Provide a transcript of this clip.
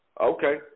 Okay